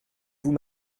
vous